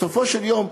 בסופו של דבר,